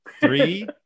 three